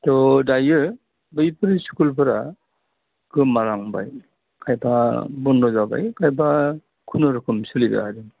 त' दायो बैफोर स्कुलफोरा गोमालांबाय खायफा बन्द' जाबाय खायफा खुनुरखम सोलिदों आरो